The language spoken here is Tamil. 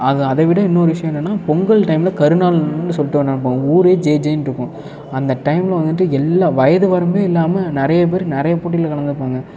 அதைவிட இன்னொரு விஷயம் என்னென்னா பொங்கல் டைமில் கருநாள்னு சொல்லிட்டு நம்ம ஊரே ஜே ஜேனு இருக்கும் அந்த டைமில் வந்துட்டு எல்லா வயது வரம்பே இல்லாமல் நிறைய பேர் நிறைய போட்டியில் கலந்துப்பாங்க